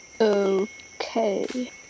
Okay